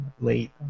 late